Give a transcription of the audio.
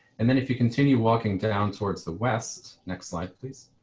and then if you continue walking down towards the west. next slide please.